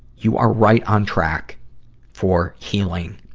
you are right on track for healing,